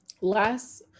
Last